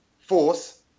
force